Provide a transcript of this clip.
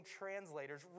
translators